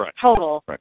total